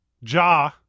Ja